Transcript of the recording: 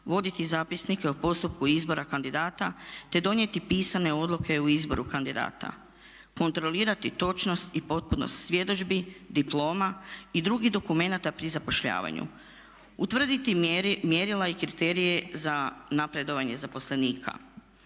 voditi zapisnike o postupku izbora kandidata te donijeti pisane odluke o izboru kandidata, kontrolirati točnost i potpunost svjedodžbi, diploma i drugih dokumenata pri zapošljavanju, utvrditi mjerila i kriterije za napredovanje zaposlenika.